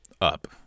up